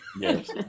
Yes